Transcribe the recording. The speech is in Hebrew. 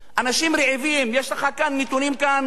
אנשים רעבים, יש לך כאן נתונים מפחידים,